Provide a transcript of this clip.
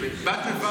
בד בבד,